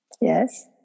Yes